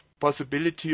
possibility